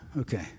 Okay